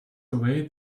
away